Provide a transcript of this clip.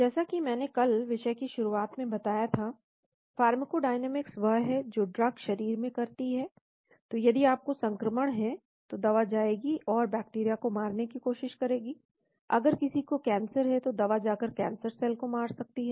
जैसे कि मैंने कल विषय की शुरुआत में बताया था फार्माकोडायनामिक्स वह है जो ड्रग शरीर में करती है तो यदि आपको संक्रमण है तो दवा जाएगी और बैक्टीरिया को मारने की कोशिश करेगी अगर किसी को कैंसर है तो दवा जा कर कैंसर सेल को मार सकती है